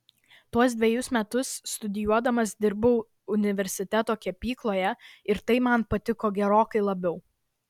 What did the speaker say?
tuos dvejus metus studijuodamas dirbau universiteto kepykloje ir tai man patiko gerokai labiau